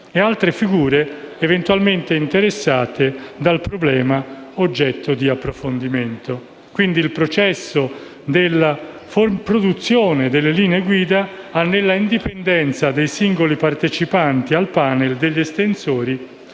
altre figure eventualmente interessate dal problema oggetto di approfondimento. Quindi, il processo della produzione delle linee guida ha nell'indipendenza dei singoli partecipanti al *panel* degli estensori